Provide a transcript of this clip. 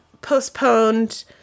postponed